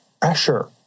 pressure